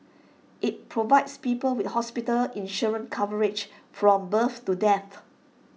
IT provides people with hospital insurance coverage from birth to death